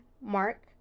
Mark